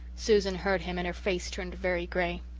susan heard him and her face turned very grey.